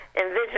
envision